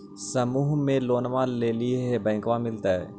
समुह मे लोनवा लेलिऐ है बैंकवा मिलतै?